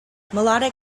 melodic